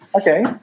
Okay